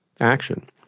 action –